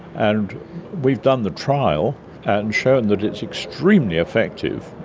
and we've done the trial and shown that it's extremely effective,